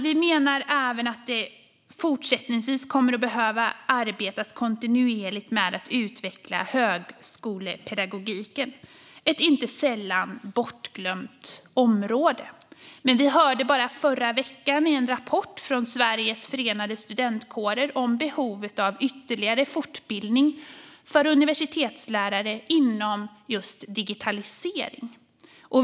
Vi menar även att det fortsättningsvis kommer att behöva arbetas kontinuerligt med att utveckla högskolepedagogiken - ett inte sällan bortglömt område. Vi hörde senast förra veckan i en rapport från Sveriges förenande studentkårer om behovet av ytterligare fortbildning för universitetslärare inom digitalisering.